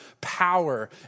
power